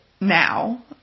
now